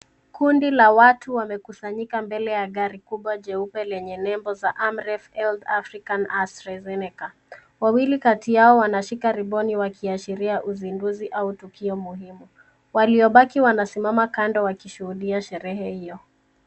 Kundi la watu wamekusanyika mbele ya gari kubwa jeupe lenye nembo za Amref ealth African Astrazeneca. Wawili kati yao wanashika ribonu wakiashiria uzinduzi au tukio muhimu. Waliobaki wanasimama kando wakishuhudia sherehe hiyo.